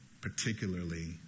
particularly